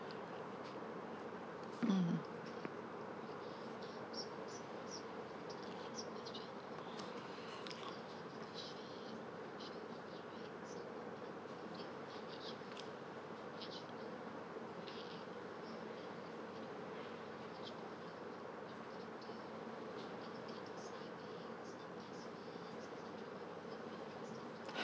mm